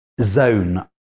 zone